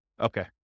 Okay